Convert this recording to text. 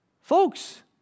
Folks